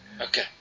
Okay